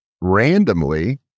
randomly